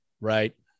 Right